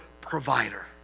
provider